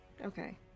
Okay